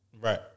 Right